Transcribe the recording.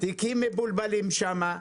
תיקים מבולבלים שם,